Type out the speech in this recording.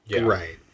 Right